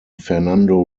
fernando